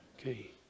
Okay